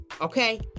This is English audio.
Okay